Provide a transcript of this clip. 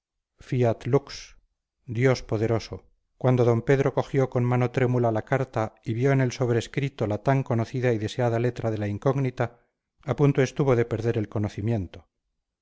lux dios poderoso cuando d pedro cogió con mano trémula la carta y vio en el sobrescrito la tan conocida y deseada letra de la incógnita a punto estuvo de perder el conocimiento